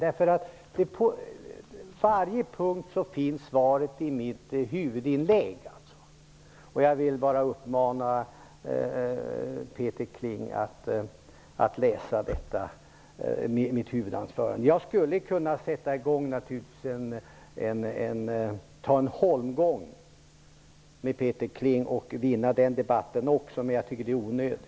På varje punkt finns svaret i mitt huvudinlägg. Jag vill bara uppmana Peter Kling att läsa mitt huvudanförande. Jag skulle naturligtvis kunna ta en holmgång med Peter Kling och vinna den debatten också, men jag tycker att det är onödigt.